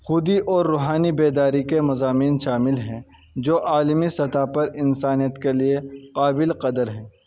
خودی اور روحانی بیداری کے مضامین شامل ہیں جو عالمی سطح پر انسانیت کے لیے قابل قدر ہیں